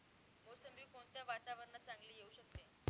मोसंबी कोणत्या वातावरणात चांगली येऊ शकते?